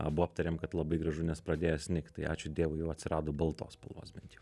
abu aptarėm kad labai gražu nes pradėjo snigt tai ačiū dievui jau atsirado baltos spalvos bent jau